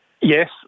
Yes